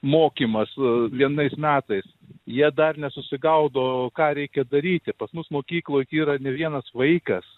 mokymas vienais metais jie dar nesusigaudo ką reikia daryti pas mus mokykloj yra ne vienas vaikas